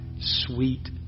sweet